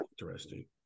Interesting